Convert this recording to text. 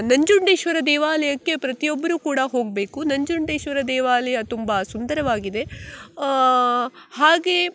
ನಂಜುಂಡೇಶ್ವರ ದೇವಾಲಯಕ್ಕೆ ಪ್ರತಿಯೊಬ್ಬರೂ ಕೂಡ ಹೋಗಬೇಕು ನಂಜುಂಡೇಶ್ವರ ದೇವಾಲಯ ತುಂಬ ಸುಂದರವಾಗಿದೆ ಹಾಗೇ